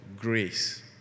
grace